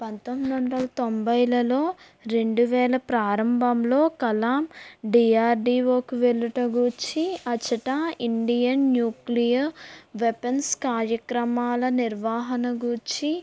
పందొమ్మిది వందల తొంభైలలో రెండువేల ప్రారంభంలో కలాం డిఆర్డీఓకి వెళ్ళుట గూర్చి అచ్చట ఇండియన్ న్యూక్లియర్ వెపన్స్ కార్యక్రమాల నిర్వహణ గూర్చి